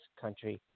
country